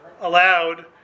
allowed